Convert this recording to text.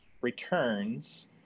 returns